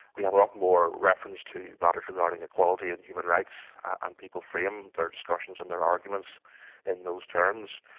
we have a lot more reference to matters regarding equality and human rights, and people frame their discussions and their arguments in those terms.